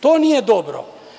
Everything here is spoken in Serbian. To nije dobro.